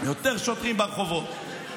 יותר שוטרים ברחובות,